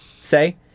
Say